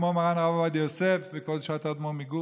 כמו מרן הרב עובדיה יוסף וכבוד קדושת האדמו"ר מגור,